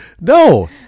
No